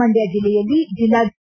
ಮಂಡ್ಯ ಜಿಲ್ಲೆಯಲ್ಲಿ ಜಿಲ್ಲಾಧಿಕಾರಿ ಎನ್